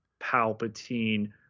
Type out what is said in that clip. Palpatine